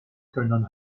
können